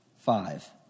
Five